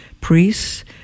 priests